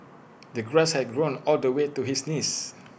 the grass had grown all the way to his knees